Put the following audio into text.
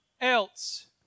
else